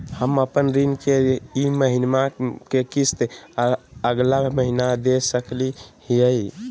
हम अपन ऋण के ई महीना के किस्त अगला महीना दे सकी हियई?